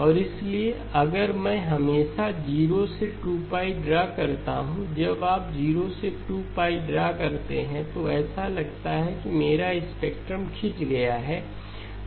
और इसलिए अगर मैं हमेशा 0 से 2 ड्रा करता हूं जब आप 0 से 2 ड्रा करते हैं तो ऐसा लगता है कि मेरा स्पेक्ट्रम खिंच गया है